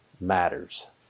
matters